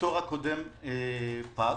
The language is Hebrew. הפטור הקודם פג.